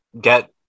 get